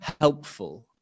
helpful